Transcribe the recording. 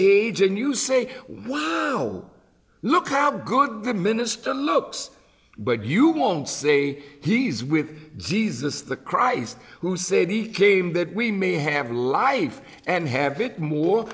age and you say wow look how good the minister looks but you won't say he's with jesus the christ who said he came that we may have life and have it more